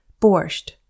Borscht